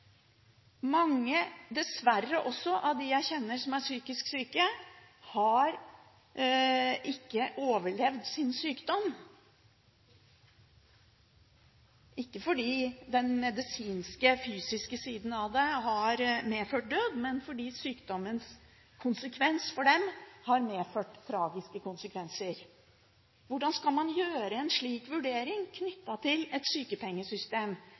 dessverre har mange av dem jeg kjenner som er psykisk syke, ikke overlevd sin sykdom – ikke fordi den medisinske, fysiske siden av det har medført død, men fordi sykdommen har medført tragiske konsekvenser for dem. Hvordan skal man gjøre en slik vurdering knyttet til et sykepengesystem?